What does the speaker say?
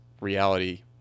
reality